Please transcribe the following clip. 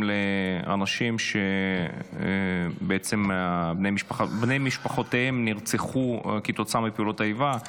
של אנשים שבעצם בני משפחותיהם נרצחו כתוצאה מפעולות איבה,